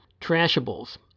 Trashables